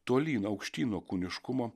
tolyn aukštyn nuo kūniškumo